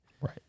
Right